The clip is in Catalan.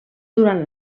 durant